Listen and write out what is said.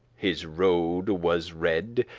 his rode was red,